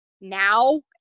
now